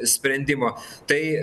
sprendimo tai